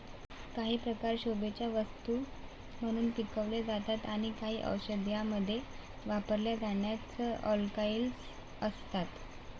काही प्रकार शोभेच्या वस्तू म्हणून पिकवले जातात आणि काही औषधांमध्ये वापरल्या जाणाऱ्या अल्कलॉइड्स असतात